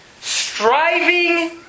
Striving